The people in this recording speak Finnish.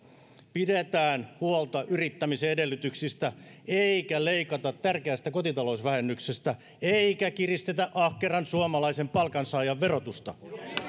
pidetään huolta yrittämisen edellytyksistä eikä leikata tärkeästä kotitalousvähennyksestä eikä kiristetä ahkeran suomalaisen palkansaajan verotusta